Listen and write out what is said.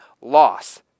loss